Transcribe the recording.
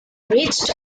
reached